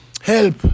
Help